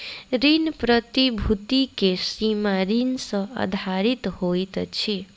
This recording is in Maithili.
ऋण प्रतिभूति के सीमा ऋण सॅ आधारित होइत अछि